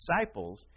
disciples